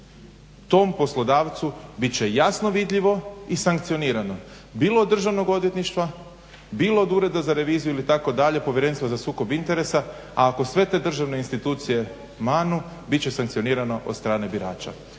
tom poslodavcu bit će jasno vidljivo i sankcionirano bilo državnog odvjetništva bilo od ureda za reviziju, povjerenstvo za sukob interesa. Ako sve te državne institucije manu bit će sankcionirano od strane birača.